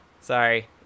Sorry